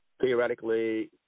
theoretically